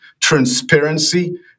transparency